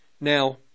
Now